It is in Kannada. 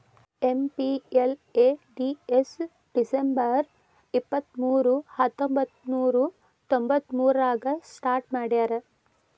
ಎಂ.ಪಿ.ಎಲ್.ಎ.ಡಿ.ಎಸ್ ಡಿಸಂಬರ್ ಇಪ್ಪತ್ಮೂರು ಹತ್ತೊಂಬಂತ್ತನೂರ ತೊಂಬತ್ತಮೂರಾಗ ಸ್ಟಾರ್ಟ್ ಮಾಡ್ಯಾರ